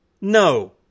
No